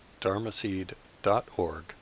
dharmaseed.org